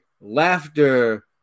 laughter